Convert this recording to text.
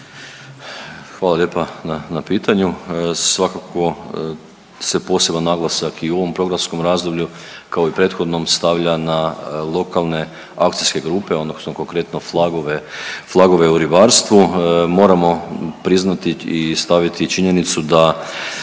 Hvala lijepa na, na pitanju. Svakako se poseban naglasak i u ovom programskom razdoblju kao i prethodnom stavlja na lokalne akcijske grupe odnosno konkretno FLAG-ove, FLAG-ove u ribarstvu. Moramo priznati i staviti činjenicu da